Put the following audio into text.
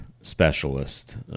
specialist